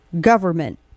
government